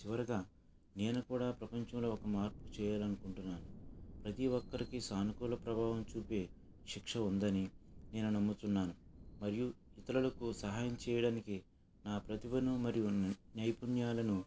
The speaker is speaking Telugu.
చివరిగా నేను కూడా ప్రపంచంలో ఒక మార్పు చేయాలి అనుకుంటున్నాను ప్రతి ఒక్కరికి సానుకూల ప్రభావం చూపే శిక్ష ఉందని నేను నమ్ముతున్నాను మరియు ఇతరులకు సహాయం చేయటానికి నా ప్రతిభను మరియు నైపుణ్యాలను